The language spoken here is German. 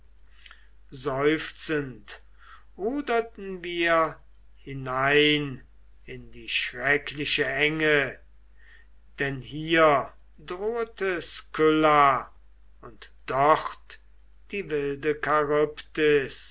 seufzend ruderten wir hinein in die schreckliche enge denn hier drohete skylla und dort die wilde